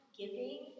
giving